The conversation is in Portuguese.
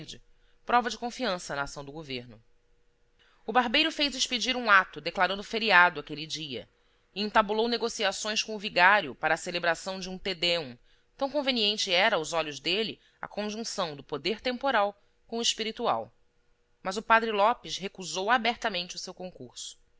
a casa verde prova de confiança na ação do governo o barbeiro faz expedir um ato declarando feriado aquele dia e entabulou negociações com o vigário para a celebração de um te deum tão conveniente era aos olhos dele a conjunção do poder temporal com o espiritual mas o padre lopes recusou abertamente o seu concurso